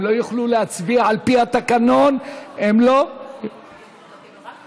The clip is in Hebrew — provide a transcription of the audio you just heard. לפי התקנון הם לא יוכלו להצביע,